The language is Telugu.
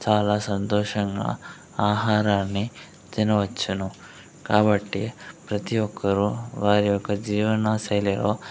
చాలా సంతోషంగా ఆహారాన్ని తినవచ్చును కాబట్టి ప్రతి ఒక్కరూ వారి యొక్క జీవనాశైలిలో